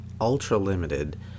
ultra-limited